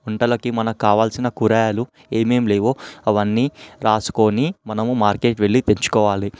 వంటలకి మనకు కావలసిన కూరగాయలు ఏమేమి లేవో అవన్నీ రాసుకొని మనము మార్కెట్ వెళ్ళి తెచ్చుకోవాలి